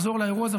לחזור לאירוע הזה.